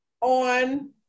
on